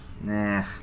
Nah